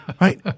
right